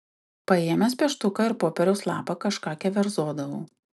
paėmęs pieštuką ir popieriaus lapą kažką keverzodavau